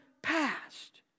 past